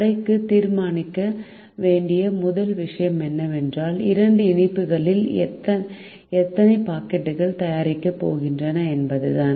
கடைக்குத் தீர்மானிக்க வேண்டிய முதல் விஷயம் என்னவென்றால் இரண்டு இனிப்புகளில் எத்தனை பாக்கெட்டுகள் தயாரிக்கப் போகின்றன என்பதுதான்